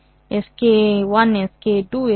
இது Sk1 Sk2